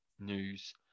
news